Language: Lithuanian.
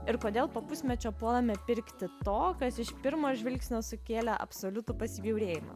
ir kodėl po pusmečio puolame pirkti to kas iš pirmo žvilgsnio sukėlė absoliutų pasibjaurėjimą